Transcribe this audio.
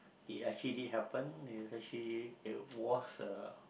it actually did happen it actually it was a